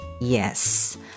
Yes